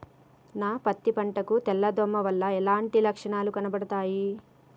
నా పత్తి పంట కు తెల్ల దోమ వలన ఎలాంటి లక్షణాలు కనబడుతాయి?